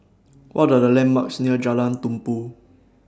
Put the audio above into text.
What Are The landmarks near Jalan Tumpu